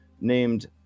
named